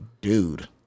dude